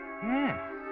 Yes